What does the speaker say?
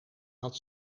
had